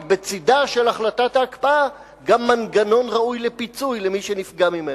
בצדה של החלטת ההקפאה גם מנגנון ראוי לפיצוי למי שנפגע ממנה.